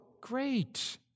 great